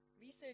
research